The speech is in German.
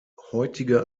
heutige